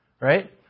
Right